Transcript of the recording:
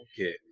okay